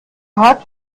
hat